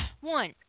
One